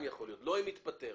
לא אם התפטר.